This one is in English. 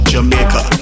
Jamaica